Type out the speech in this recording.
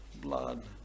blood